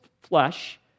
flesh